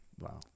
Wow